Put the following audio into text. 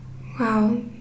Wow